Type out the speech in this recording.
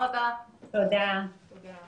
הישיבה ננעלה